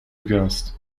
gwiazd